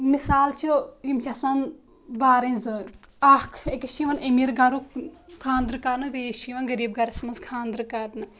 مِثال چھُ یِم چھِ آسان بارٕنۍ زٕ اَکھ أکِس چھِ یِوان امیٖر گَرُکھ خانٛدرٕ کرٕنہٕ بیٚیِس چھِ یِوان غریٖب گَرَس منٛز خانٛدَر کرنہٕ